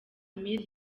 amir